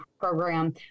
program